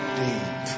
deep